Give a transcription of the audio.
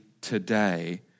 today